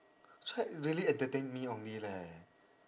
really entertain me only leh